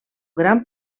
gran